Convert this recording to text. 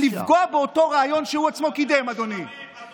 ראש הממשלה לשעבר שיושב כאן, חבר